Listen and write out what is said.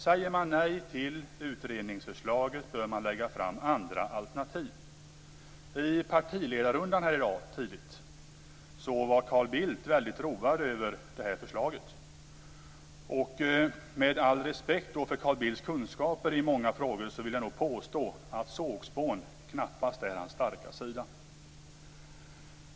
Säger man nej till utredningsförslaget bör man lägga fram andra alternativ. I partiledarrundan tidigt här i dag var Carl Bildt road av det här förslaget. Med all respekt för Carl Bildts kunskaper i många frågor vill jag nog ändå påstå att sågspån knappast är hans starka sida.